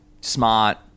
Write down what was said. smart